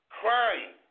crying